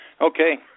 Okay